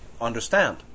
understand